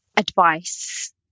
advice